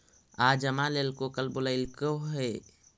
आज जमा लेलको कल बोलैलको हे?